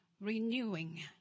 renewing